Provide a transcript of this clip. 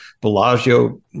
Bellagio